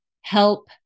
help